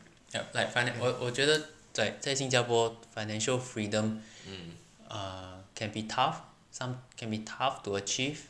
yup like financially 我觉得 like 在新加坡 financial freedom err can be tough som~ can be tough to achieve